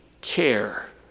care